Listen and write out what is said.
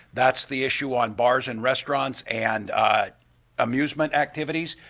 that's the issue on bars and restaurants and amusement activities.